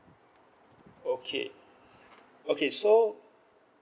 okay okay so